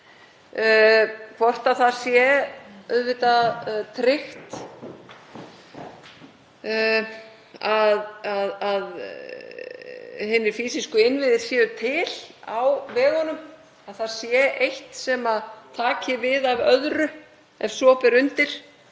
hvort það sé tryggt að hinir fýsísku innviðir séu til á vegunum, að það sé eitt sem taki við af öðru ef svo ber undir,